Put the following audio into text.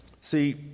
See